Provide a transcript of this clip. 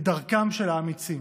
את דרכם של האמיצים,